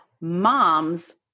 moms